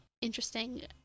interesting